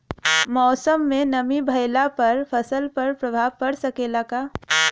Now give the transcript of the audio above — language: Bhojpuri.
मौसम में नमी भइला पर फसल पर प्रभाव पड़ सकेला का?